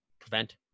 prevent